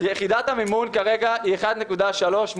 יחידת המימון כרגע היא 1.388